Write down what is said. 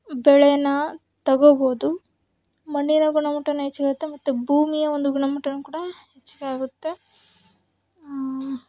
ಬೆಳೆನ ತೊಗೋಬೋದು ಮಣ್ಣಿನ ಗುಣಮಟ್ಟವೂ ಹೆಚ್ಗೆ ಆಗುತ್ತೆ ಮತ್ತು ಭೂಮಿಯ ಒಂದು ಗುಣಮಟ್ಟವೂ ಕೂಡ ಹೆಚ್ಚಿಗೆ ಆಗುತ್ತೆ